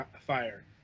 fire